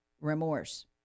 remorse